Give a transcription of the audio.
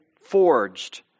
forged